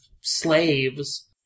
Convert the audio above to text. slaves